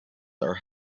are